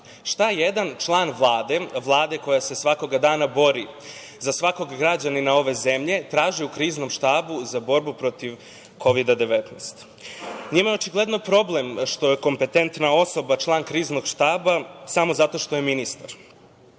šta jedan član Vlade, Vlade koja se svakoga dana bori za svakog građanina ove zemlje, traži u Kriznom štabu za borbu protiv Kovida 19? Njima je očigledno problem što je kompetentna osoba član Kriznog štaba samo zato što je ministar,